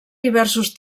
diversos